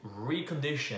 recondition